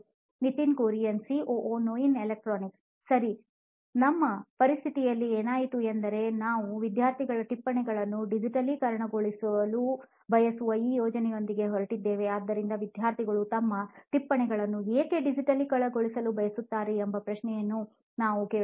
Nitin Kurian COO ನೋಯಿನ್ electronics ಸರಿ ನಮ್ಮ ಪರಿಸ್ಥಿತಿಯಲ್ಲಿ ಏನಾಯಿತು ಎಂದರೆ ನಾವು ವಿದ್ಯಾರ್ಥಿಗಳ ಟಿಪ್ಪಣಿಗಳನ್ನು ಡಿಜಿಟಲೀಕರಣಗೊಳಿಸಲು ಬಯಸುವ ಈ ಯೋಜನೆಯೊಂದಿಗೆ ಹೊರಟಿದ್ದೇವೆ ಆದ್ದರಿಂದ ವಿದ್ಯಾರ್ಥಿಗಳು ತಮ್ಮ ಟಿಪ್ಪಣಿಗಳನ್ನು ಏಕೆ ಡಿಜಿಟಲೀಕರಣಗೊಳಿಸಲು ಬಯಸುತ್ತಾರೆ ಎಂಬ ಪ್ರಶ್ನೆಯನ್ನು ನಾವು ಕೇಳುತ್ತೇವೆ